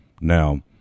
now